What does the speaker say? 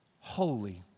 Holy